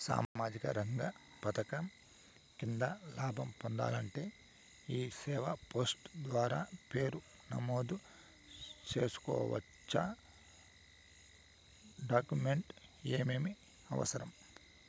సామాజిక రంగ పథకం కింద లాభం పొందాలంటే ఈ సేవా పోర్టల్ ద్వారా పేరు నమోదు సేసుకోవచ్చా? డాక్యుమెంట్లు ఏమేమి అవసరం?